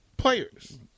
Players